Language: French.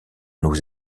nos